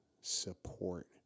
support